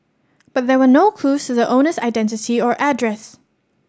but there were no clues to the owner's identity or address